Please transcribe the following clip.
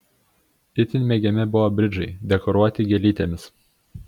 itin mėgiami buvo bridžai dekoruoti gėlytėmis